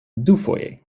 dufoje